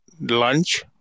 lunch